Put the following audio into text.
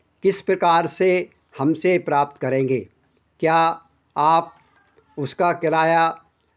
किस प्रकार से हमसे प्राप्त करेंगे क्या आप उसका किराया